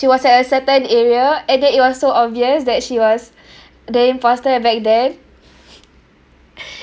she was at a certain area and then it was so obvious that she was the imposter back then